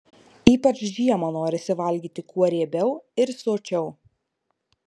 ypač žiemą norisi valgyti kuo riebiau ir sočiau